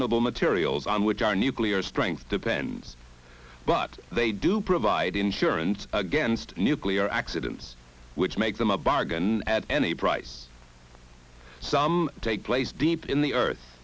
able materials on which our nuclear strength depends but they do provide insurance against nuclear accidents which make them a bargain at any price some take place deep in the earth